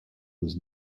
was